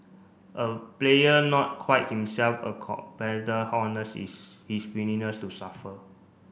a player not quite himself a competitor his willingness to suffer